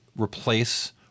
replace